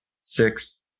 six